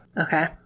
Okay